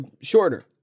Shorter